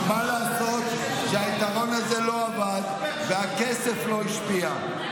מה לעשות שהיתרון הזה לא עבד, והכסף לא השפיע?